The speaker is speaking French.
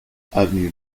avenue